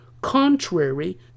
contrary